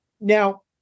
Now